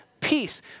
peace